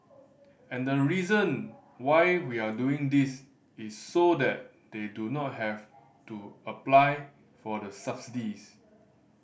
and the reason why we are doing this is so that they do not have to apply for the subsidies